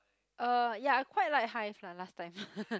uh ya I quite like hive lah last time